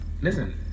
listen